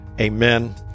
Amen